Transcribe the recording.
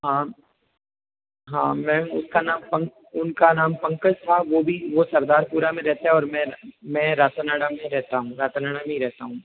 हाँ हाँ मैम उसका नाम उनका नाम पंकज था वो भी वो सरदारपुरा में रहता है और मैं रातानाडा में रहता हूँ रातानाडा में ही रहता हूँ